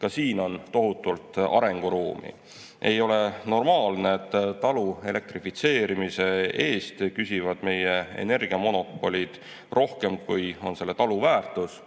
Ka siin on tohutult arenguruumi. Ei ole normaalne, et talu elektrifitseerimise eest küsivad meie energiamonopolid rohkem, kui on selle talu väärtus.